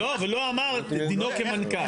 אבל לא אמר דינו כמנכ"ל.